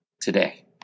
today